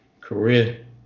career